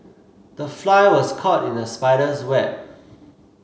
the fly was caught in the spider's web